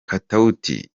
katauti